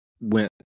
went